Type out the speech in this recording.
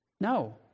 No